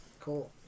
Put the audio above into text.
Cool